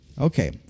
Okay